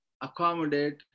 Accommodate